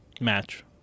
Match